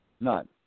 None